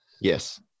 Yes